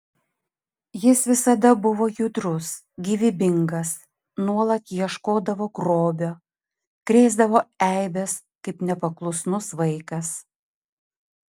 jis visada buvo judrus gyvybingas nuolat ieškodavo grobio krėsdavo eibes kaip nepaklusnus vaikas